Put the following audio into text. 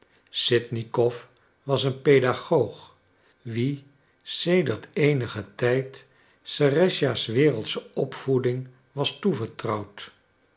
sitnikow was een paedagoog wien sedert eenigen tijd serëscha's wereldsche opvoeding was toevertrouwd